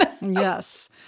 Yes